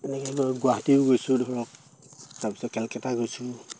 এনেকে ধৰক গুৱাহাটীও গৈছোঁ ধৰক তাৰপিছত কেলকেটা গৈছোঁ